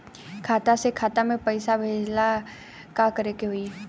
खाता से खाता मे पैसा भेजे ला का करे के होई?